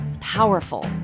powerful